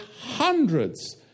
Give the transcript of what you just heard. hundreds